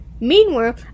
Meanwhile